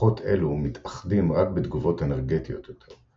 כוחות אלו "מתאחדים" רק בתגובות אנרגטיות יותר,